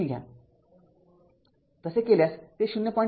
तसे केल्यास ते ०